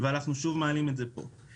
אנחנו מעלים את הנושא הזה שוב פה.